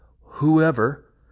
whoever